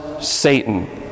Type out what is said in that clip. Satan